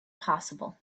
possible